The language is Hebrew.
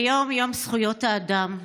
היום יום זכויות האדם.